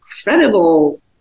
incredible